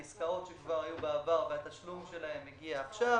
על עסקאות שנעשו בעבר והתשלום שלהם הגיע עכשיו.